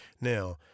Now